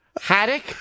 Haddock